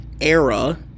era